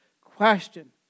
question